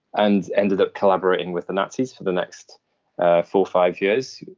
and ended up collaborating with the nazis for the next ah four, five years.